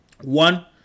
One